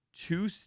two